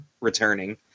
returning